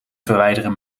verwijderen